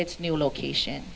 its new location